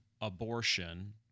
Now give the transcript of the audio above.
abortion